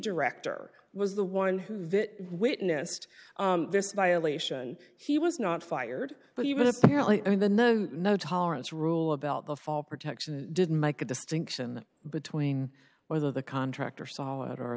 director was the one who that witnessed this violation he was not fired but even apparently i mean the no no tolerance rule about the fall protection didn't make a distinction between whether the contractor saw it o